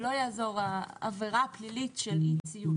לא יעזור העבירה הפלילית של אי-ציות,